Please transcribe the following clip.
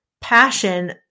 passion